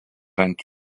ant